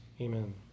Amen